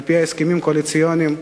על-פי ההסכמים הקואליציוניים,